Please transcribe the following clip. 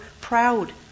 proud